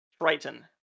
Triton